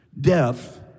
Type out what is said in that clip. death